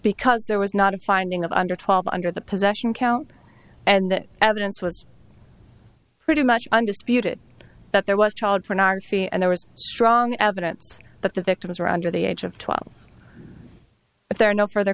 because there was not a finding of under twelve under the possession count and that evidence was pretty much undisputed that there was child pornography and there was strong evidence that the victims were under the age of twelve but there are no furthe